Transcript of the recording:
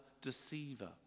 deceiver